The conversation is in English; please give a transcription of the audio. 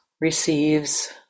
receives